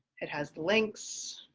it has links